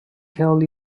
tell